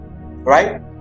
right